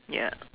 ya